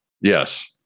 Yes